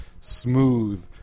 smooth